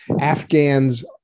Afghans